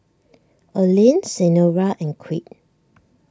Olene Senora and Creed